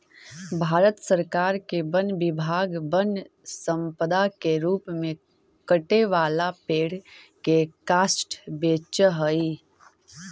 भारत सरकार के वन विभाग वन्यसम्पदा के रूप में कटे वाला पेड़ के काष्ठ बेचऽ हई